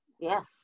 yes